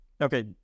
Okay